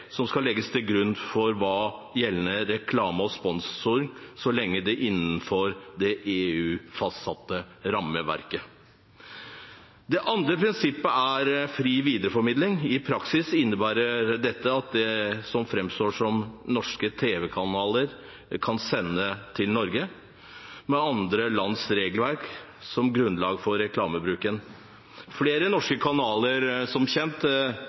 som skal legges til grunn hva gjelder reklame og sponsing, så lenge det er innenfor det EU-fastsatte rammeverket. Det andre er prinsippet om fri videreformidling. I praksis innebærer dette at det som framstår som norske tv-kanaler, kan sende til Norge med andre lands regelverk som grunnlag for reklamebruken. Flere norske kanaler benytter seg som kjent